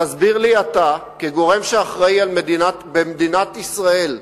תסביר לי אתה, כגורם שאחראי במדינת ישראל,